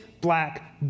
black